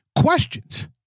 questions